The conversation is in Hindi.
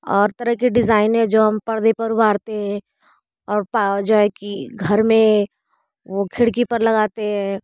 और तरह के डिज़ाइनें जो हम पर्दे पर उभारते हें और पाव जो है कि घर में वो खिड़की पर लगाते हैं